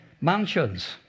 Mansions